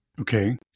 Okay